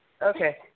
Okay